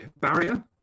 Barrier